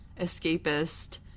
escapist